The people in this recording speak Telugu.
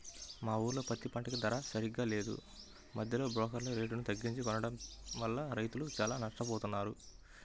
మా ఊర్లో పత్తి పంటకి ధర సరిగ్గా లేదు, మద్దెలో బోకర్లే రేటుని తగ్గించి కొనడం వల్ల రైతులు చానా నట్టపోతన్నారు